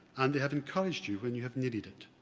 and they have encouraged you when you have needed it.